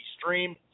stream